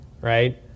right